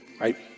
Right